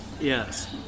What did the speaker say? Yes